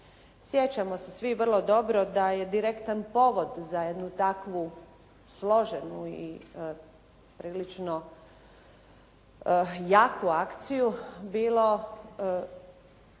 Sjećamo se svi vrlo dobro da je direktan povod za jednu takvu složenu i prilično jaku akciju bilo,